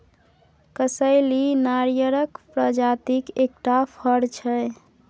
कसैली नारियरक प्रजातिक एकटा फर छै